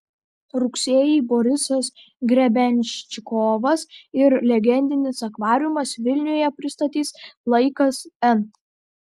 rugsėjį borisas grebenščikovas ir legendinis akvariumas vilniuje pristatys laikas n